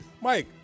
Mike